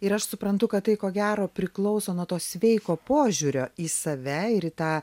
ir aš suprantu kad tai ko gero priklauso nuo to sveiko požiūrio į save ir į tą